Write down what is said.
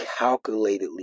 calculatedly